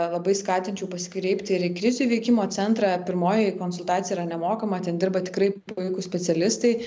labai skatinčiau pasikreipti ir į krizių įveikimo centrą pirmoji konsultacija yra nemokama ten dirba tikrai puikūs specialistai